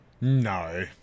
No